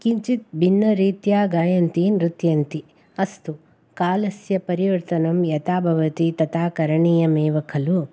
किञ्चित् भिन्नरीत्या गायन्ति नृत्यन्ति अस्तु कालस्य परिवर्तनं यथा भवति तथा करणीयमेव खलु